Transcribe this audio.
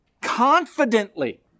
confidently